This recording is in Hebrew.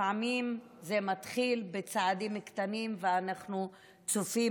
לפעמים זה מתחיל בצעדים קטנים ואנחנו צופים,